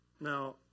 Now